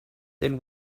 then